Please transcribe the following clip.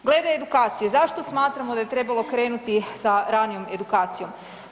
Glede edukacije, zašto smatramo da je trebalo krenuti sa ranijom edukacijom.